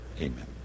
Amen